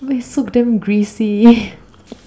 it's so damn greasy